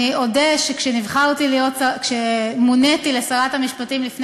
אני אודה שכשמוניתי לשרת המשפטים לפני